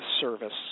service